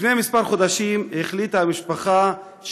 לפני כמה חודשים החליטה המשפחה,